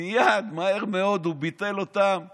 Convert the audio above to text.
מייד, מהר מאוד הוא ביטל אותם ואמר: